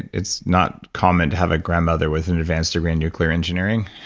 it's not common to have a grandmother with an advanced degree in nuclear engineering.